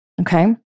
Okay